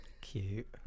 Cute